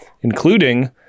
including